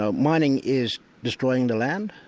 ah mining is destroying the land,